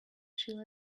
shiela